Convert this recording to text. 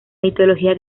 mitología